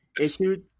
issued